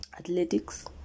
Athletics